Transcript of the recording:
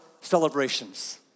celebrations